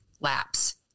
laps